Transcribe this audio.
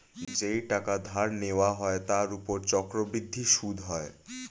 যেই টাকা ধার নেওয়া হয় তার উপর চক্রবৃদ্ধি সুদ হয়